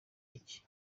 iki